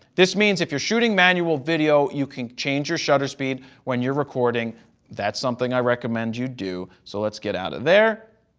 this means if you're shooting manual video, you can change your shutter speed when you're recording that's something i recommend you do, so let's get out of there.